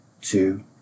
two